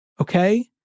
Okay